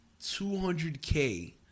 200K